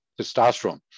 testosterone